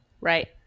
Right